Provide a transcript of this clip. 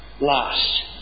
last